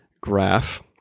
graph